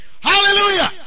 Hallelujah